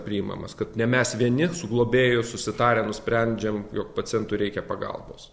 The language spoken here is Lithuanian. priimamas kad ne mes vieni su globėju susitarę nusprendžiam jog pacientui reikia pagalbos